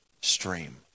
stream